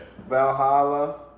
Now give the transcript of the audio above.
Valhalla